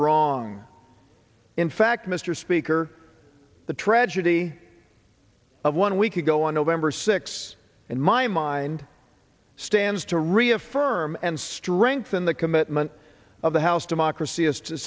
wrong in fact mr speaker the tragedy of one week ago on november six in my mind stands to reaffirm and strengthen the commitment of the house democracy is to